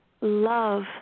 love